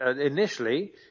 initially